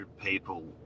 people